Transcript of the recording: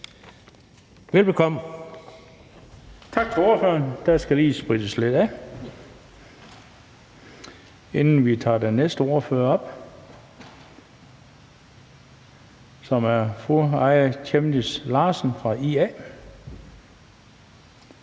Bøgsted): Tak til ordføreren. Der skal lige sprittes lidt af, inden vi tager den næste ordfører, som er fru Aaja Chemnitz Larsen fra IA,